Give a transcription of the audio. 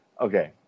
Okay